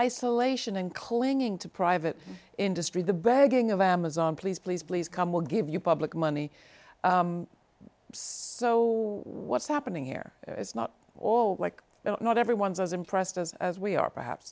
isolation and clinging to private industry the begging of amazon please please please come we'll give you public money so what's happening here it's not all like well not everyone's as impressed as as we are perhaps